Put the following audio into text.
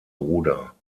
bruder